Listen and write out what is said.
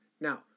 Now